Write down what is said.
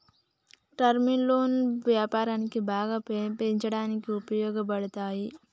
term లోన్లు వ్యాపారాన్ని బాగా పెంచడానికి ఉపయోగపడతాయి